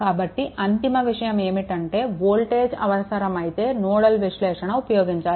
కాబట్టి అంతిమ విషయం ఏమిటంటే వోల్టేజ్ అవసరమైతే నోడల్ విశ్లేషణ ఉపయోగించాలి